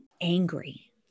angry